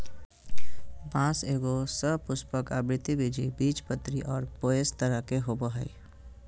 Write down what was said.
बाँस एगो सपुष्पक, आवृतबीजी, बीजपत्री और पोएसी तरह के होबो हइ